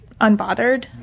unbothered